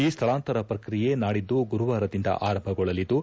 ಈ ಸ್ವಳಾಂತರ ಪ್ರಕ್ರಿಯೆ ನಾಡಿದ್ದು ಗುರುವಾರದಿಂದ ಆರಂಭಗೊಳ್ಳಲಿದ್ದು